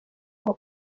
ngo